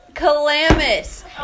calamus